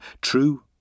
true